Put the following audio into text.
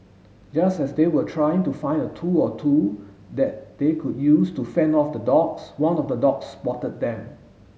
just as they were trying to find a tool or two that they could use to fend off the dogs one of the dogs spotted them